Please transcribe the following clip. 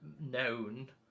known